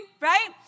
right